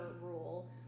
rule